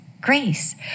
Grace